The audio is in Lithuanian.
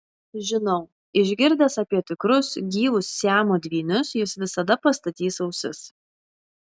žinau išgirdęs apie tikrus gyvus siamo dvynius jis visada pastatys ausis